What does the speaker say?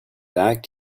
back